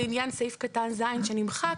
לעניין סעיף קטן (ז) שנמחק: